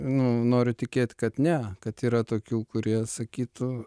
nu noriu tikėt kad ne kad yra tokių kurie sakytų